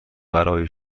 برای